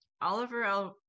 Oliver